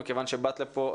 מכיוון שבאת לפה,